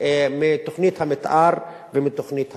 מתוכנית המיתאר ומתוכנית האב.